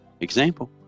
Example